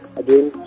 again